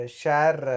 share